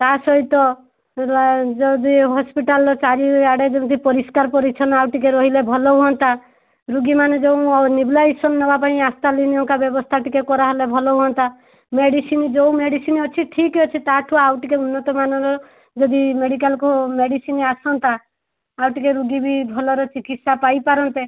ତା ସହିତ ଯଦି ହସ୍ପିଟାଲର ଚାରିଆଡ଼େ ଯେମିତି ପରିଷ୍କାର ପରିଚ୍ଛନ୍ନ ଆଉ ଟିକିଏ ରହିଲେ ଭଲହୁଅନ୍ତା ରୋଗୀମାନେ ଯେଉଁ ନେବୁଲାଇଜେସନ୍ ନେବାପାଇଁ ବ୍ୟବସ୍ତା ଟିକିଏ କରାହେଲେ ଭଲହୁଅନ୍ତା ମେଡ଼ିସିନ୍ ଯେଉଁ ମେଡ଼ିସିନ୍ ଅଛି ଠିକ୍ଅଛି ତାଠୁ ଆଉ ଟିକିଏ ଉନ୍ନତମାନର ଯଦି ମେଡ଼ିକାଲକୁ ମେଡ଼ିସିନ୍ ଆସନ୍ତା ଆଉ ଟିକିଏ ରୋଗୀ ବି ଭଲରେ ଚିକିତ୍ସା ପାଇପାରନ୍ତେ